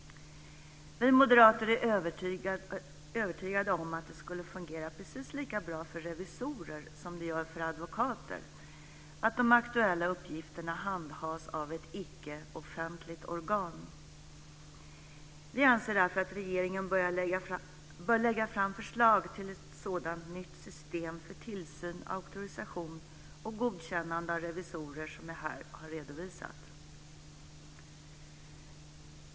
Vi moderater är övertygade om att det skulle fungera precis lika bra för revisorer som det gör för advokater om de aktuella uppgifterna handhas av ett icke-offentligt organ. Vi anser därför att regeringen bör lägga fram förslag till ett sådant nytt system för tillsyn, auktorisation och godkännande av revisorer som jag här har redovisat.